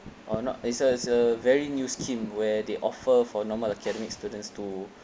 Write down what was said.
or not it's a it's a very new scheme where they offer for normal academic students to